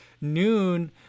noon